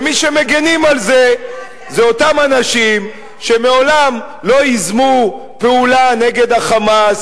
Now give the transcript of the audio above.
ומי שמגינים על זה אלה אותם אנשים שלעולם לא ייזמו פעולה נגד ה"חמאס",